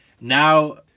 now